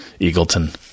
Eagleton